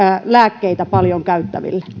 lääkkeitä paljon käyttäville